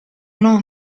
non